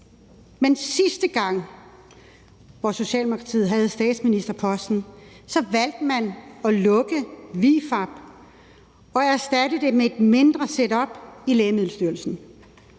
Men sidste gang, hvor Socialdemokratiet havde statsministerposten, valgte man at lukke ViFAB og erstatte det med et mindre setup i Lægemiddelstyrelsen;